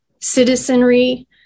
citizenry